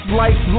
life